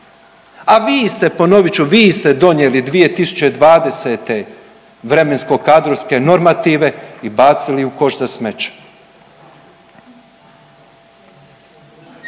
a vi ste, ponovit ću vi ste donijeli 2020. vremensko kadrovske normative i bacili u koš za smeće.